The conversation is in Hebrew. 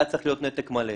היה צריך להיות נתק מלא,